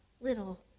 little